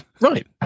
Right